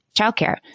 childcare